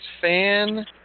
fan